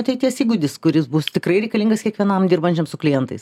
ateities įgūdis kuris bus tikrai reikalingas kiekvienam dirbančiam su klientais